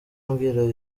abwira